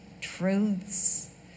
truths